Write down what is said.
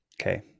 Okay